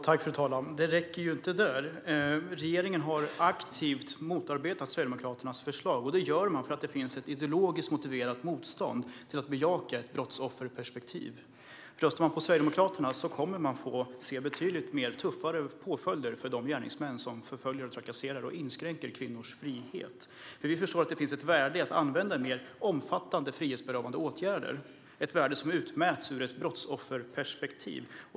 Fru talman! Det räcker inte. Regeringen har aktivt motarbetat Sverigedemokraternas förslag. Det gör man för att det finns ett ideologiskt motiverat motstånd mot att bejaka ett brottsofferperspektiv. Röstar man på Sverigedemokraterna kommer man att få se betydligt tuffare påföljder för de gärningsmän som förföljer och trakasserar kvinnor och inskränker deras frihet. Vi förstår att det finns ett värde i att använda mer omfattande frihetsberövande åtgärder. Det värdet utmäts ur ett brottsofferperspektiv.